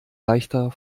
leichter